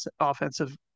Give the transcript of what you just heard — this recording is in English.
offensive